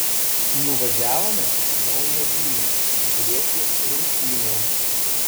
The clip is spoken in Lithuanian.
nuvažiavome į naująją vilnią žiūrėti rungtynių